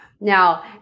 Now